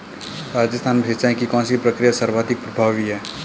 राजस्थान में सिंचाई की कौनसी प्रक्रिया सर्वाधिक प्रभावी है?